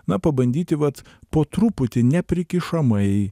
na pabandyti vat po truputį neprikišamai